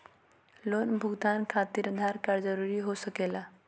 Loan भुगतान खातिर Aadhaar card जरूरी हो सके ला?